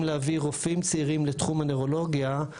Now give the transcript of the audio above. להביא רופאים צעירים לתחום הנוירולוגיה,